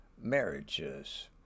marriages